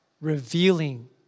revealing